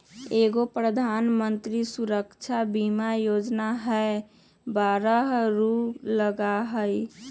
एगो प्रधानमंत्री सुरक्षा बीमा योजना है बारह रु लगहई?